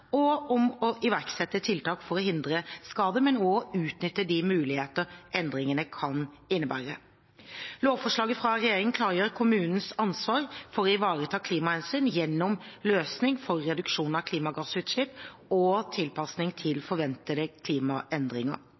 og om å iverksette tiltak for å hindre skade, men også å utnytte de muligheter endringene kan innebære. Lovforslaget fra regjeringen klargjør kommunenes ansvar for å ivareta klimahensyn gjennom løsninger for reduksjon av klimagassutslipp og tilpasning til forventede klimaendringer.